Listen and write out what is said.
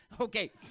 Okay